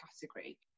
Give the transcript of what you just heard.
category